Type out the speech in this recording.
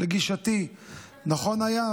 לגישתי נכון היה.